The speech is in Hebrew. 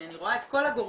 כי אני רואה את כל הגורמים